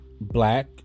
black